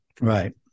Right